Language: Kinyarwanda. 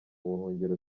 buhungiro